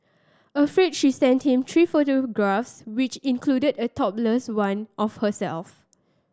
afraid she sent him three photographs which included a topless one of herself